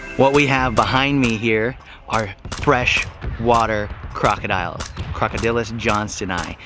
what we have behind me here are fresh water crocodiles crocodylus johnsoni,